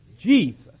Jesus